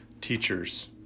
teachers